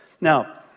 Now